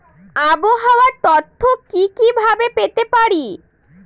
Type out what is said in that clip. আবহাওয়ার তথ্য কি কি ভাবে পেতে পারি?